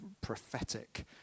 prophetic